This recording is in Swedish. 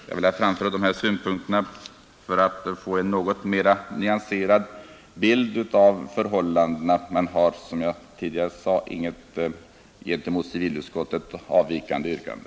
Jag har velat framföra de här synpunkterna för att ge en något mera nyanserad bild av förhållandena men har, som jag tidigare sade, inget gentemot civilutskottets hemställan avvikande yrkande.